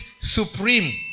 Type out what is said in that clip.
supreme